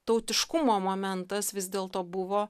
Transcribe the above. tautiškumo momentas vis dėlto buvo